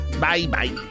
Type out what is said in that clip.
Bye-bye